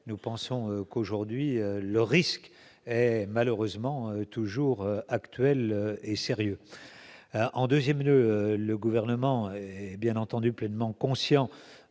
nous pensons qu'aujourd'hui, le risque est malheureusement toujours actuelle et sérieux en 2ème lieu le gouvernement est bien entendu pleinement qu'. Conscient